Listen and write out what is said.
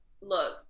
look